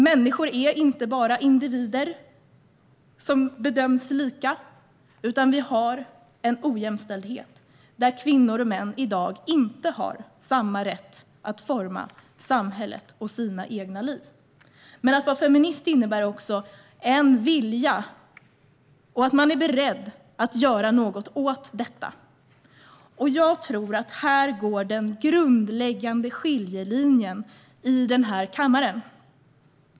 Människor är inte bara individer som bedöms lika, utan vi har en ojämställdhet där kvinnor och män i dag inte har samma rätt att forma samhället och sina egna liv. Att vara feminist innebär också en vilja och att man är beredd att göra något åt detta. Jag tror att här går den grundläggande skiljelinjen i denna kammare.